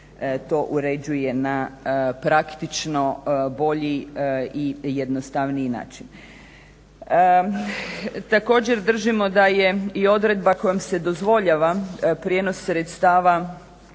to uređuje na praktično bolji i jednostavniji način.